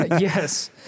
Yes